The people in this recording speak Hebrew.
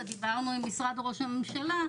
ודיברנו עם משרד ראש הממשלה,